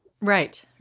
Right